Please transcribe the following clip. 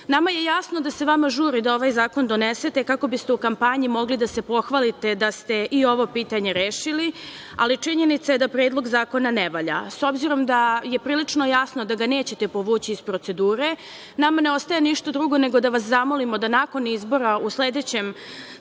meri. Nama je jasno da se vama žuri da ovaj zakon donesete, kako biste u kampanji mogli da se pohvalite da ste i ovo pitanje rešili, ali činjenica je da Predlog zakona ne valja.S obzirom da je prilično jasno da ga nećete povući iz procedure nama ne ostaje ništa drugo nego da vas zamolimo da nakon izbora u sledećem